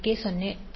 k 0